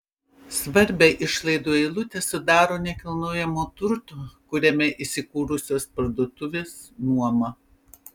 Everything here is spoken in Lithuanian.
svarbią išlaidų eilutę sudaro nekilnojamojo turto kuriame įsikūrusios parduotuvės nuoma